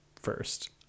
first